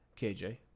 KJ